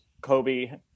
Kobe